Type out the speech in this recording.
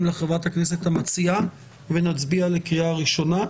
לחברת הכנסת המציעה ונצביע לקראת הקריאה הראשונה.